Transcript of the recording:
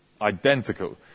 identical